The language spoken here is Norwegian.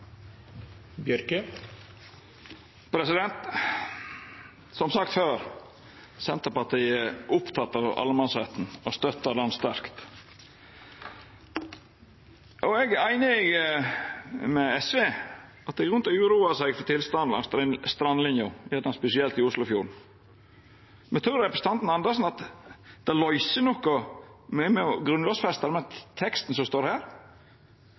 opptatt av allemannsretten og stør han sterkt. Eg er einig med SV i at det er grunn til å uroa seg over tilstanden for strandlinja, spesielt i Oslofjorden. Men trur representanten Karin Andersen at det løyser noko å grunnlovfesta det med teksten som står her?